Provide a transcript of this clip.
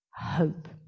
hope